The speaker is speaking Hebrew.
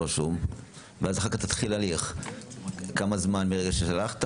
רשום יתחיל הליך זמן מסוים אחרי שנשלח,